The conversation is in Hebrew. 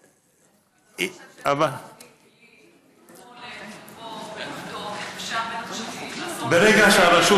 במקום לבוא ולבדוק אם אפשר לבוא להשכין שלום.